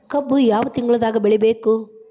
ಕಬ್ಬು ಯಾವ ತಿಂಗಳದಾಗ ಬಿತ್ತಬೇಕು?